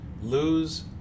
lose